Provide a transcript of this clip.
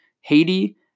Haiti